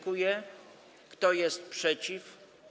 Kto jest przeciw?